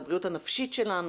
לבריאות הנפשית שלנו.